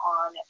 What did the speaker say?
on